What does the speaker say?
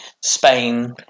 Spain